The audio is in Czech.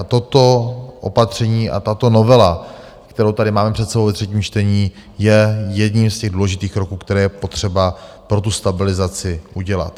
A toto opatření a tato novela, kterou tady máme před sebou ve třetím čtení, je jedním z těch důležitých kroků, které je potřeba pro tu stabilizaci udělat.